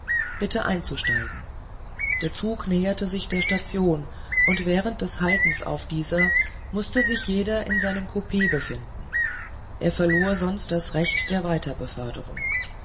bitte einzusteigen der zug näherte sich der station und während des haltens auf dieser mußte sich jeder in seinem coup befinden er verlor sonst das recht der